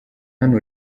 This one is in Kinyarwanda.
hano